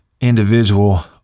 individual